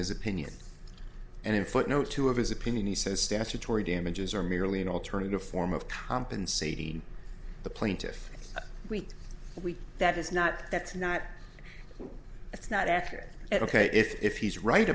his opinion and in footnote two of his opinion he says statutory damages are merely an alternative form of compensating the plaintiff weak weak that is not that's not it's not accurate at ok if he's right